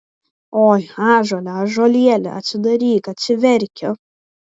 oi ąžuole ąžuolėli atsidaryk atsiverki